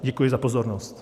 Děkuji za pozornost.